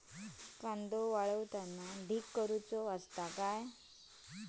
कांदो वाळवताना ढीग करून हवो काय?